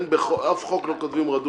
באף חוק לא כתוב "רדום".